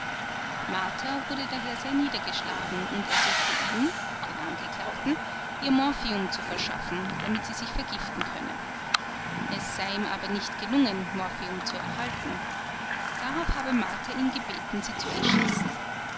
martha wurde daher sehr niedergeschlagen und ersuchte ihn angeklagten ihr morphium zu verschaffen damit sie sich vergiften könne es sei ihm aber nicht gelungen morphium zu erhalten darauf habe martha ihn gebeten sie zu erschießen